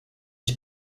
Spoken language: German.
ich